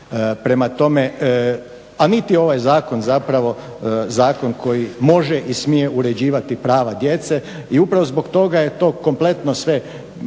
uređenja, a niti je ovaj zakon zapravo zakon koji može i smije uređivati prava djece i upravo zbog toga je to kompletno sve